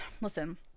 listen